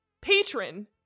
patron